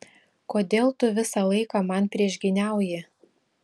kodėl tu visą laiką man priešgyniauji